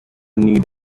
need